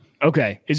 Okay